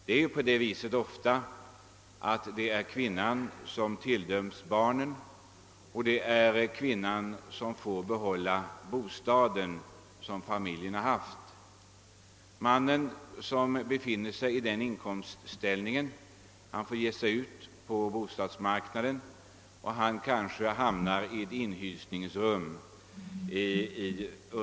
Det är ofta så att hustrun tilldöms barnen och får behålla den bostad som familjen har haft, medan mannen får ge sig ut på bostadsmarknaden och kanske hamnar i ett inackorderingsrum.